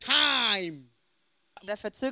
time